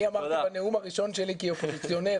אני אמרתי בנאום הראשון שלי כאופוזיציונר